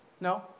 No